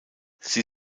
sie